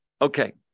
Okay